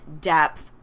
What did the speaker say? depth